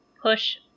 push